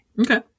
Okay